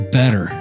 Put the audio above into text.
better